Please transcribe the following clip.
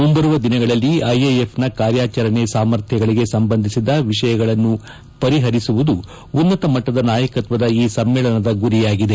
ಮುಂಬರುವ ದಿನಗಳಲ್ಲಿ ಐಎಎಫ್ನ ಕಾರ್ಯಾಚರಣೆ ಸಾಮರ್ಥ್ಯಗಳಿಗೆ ಸಂಬಂಧಿಸಿದ ವಿಷಯಗಳನ್ನು ಪರಿಪರಿಸುವುದು ಉನ್ನತಮಟ್ಟದ ನಾಯಕತ್ವದ ಈ ಸಮ್ಮೇಳನದ ಗುರಿಯಾಗಿದೆ